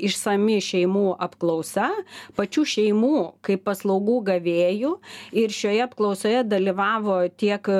išsami šeimų apklausa pačių šeimų kaip paslaugų gavėjų ir šioje apklausoje dalyvavo tiek